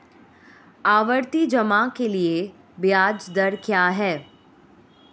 आवर्ती जमा के लिए ब्याज दर क्या है?